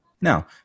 Now